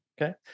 okay